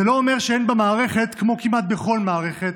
זה לא אומר שאין במערכת, כמו כמעט בכל מערכת,